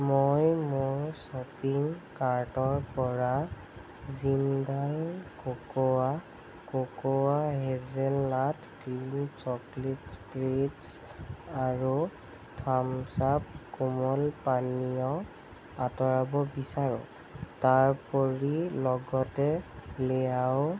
মই মোৰ শ্বপিং কাৰ্টৰপৰা Jindal cocoa cocoa hazelnut cream chocolate spread আৰু থাম্ছ আপ কোমল পানীয় আঁতৰাব বিচাৰোঁ তাৰোপৰি লগতে লিআও